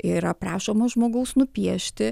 yra prašoma žmogaus nupiešti